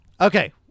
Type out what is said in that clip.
Okay